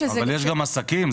אבל יש גם עסקים.